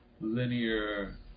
linear